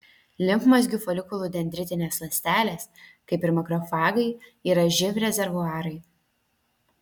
limfmazgių folikulų dendritinės ląstelės kaip ir makrofagai yra živ rezervuarai